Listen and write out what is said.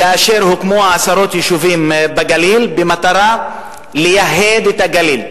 כאשר הוקמו עשרות יישובים בגליל במטרה לייהד את הגליל.